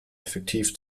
effektiv